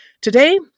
Today